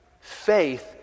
Faith